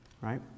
right